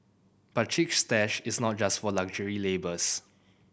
but Chic Stash is not just for luxury labels